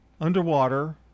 Underwater